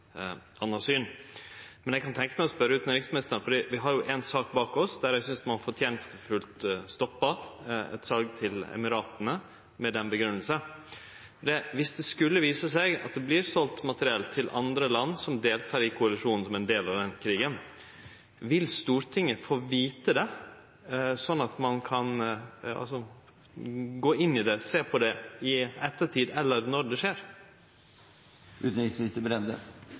anna syn, men eg kan tenkje meg å spørje utanriksministeren – for vi har ei sak bak oss der ein fortenestfullt stoppa eit sal til Emirata med den grunngjevinga: Om det skulle vise seg at det vert selt materiell til andre land som deltek i koalisjonen, som ein del av den krigen, vil Stortinget få vite det, slik at ein kan gå inn i det, sjå på det – i ettertid eller når det skjer?